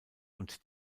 und